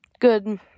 good